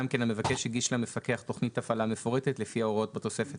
"המבקש הגיש למפקח תכנית הפעלה מפורטת לפי ההוראות בתוספת